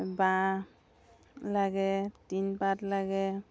বাঁহ লাগে টিনপাট লাগে